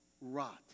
rot